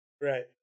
Right